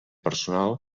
personal